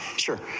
sure,